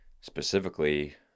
specifically